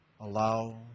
allow